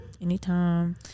anytime